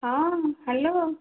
ହଁ ହ୍ୟାଲୋ